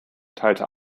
teilte